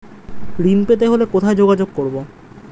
ঋণ পেতে হলে কোথায় যোগাযোগ করব?